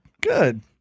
Good